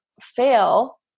fail